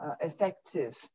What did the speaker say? effective